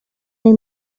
they